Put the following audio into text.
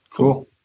cool